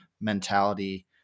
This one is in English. mentality